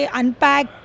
unpack